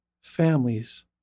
families